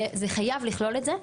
זה חייב לכלול את זה,